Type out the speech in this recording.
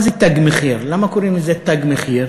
מה זה "תג מחיר", למה קוראים לזה "תג מחיר"?